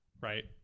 Right